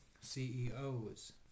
CEOs